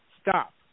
stop